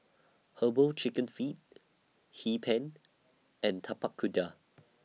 Herbal Chicken Feet Hee Pan and Tapak Kuda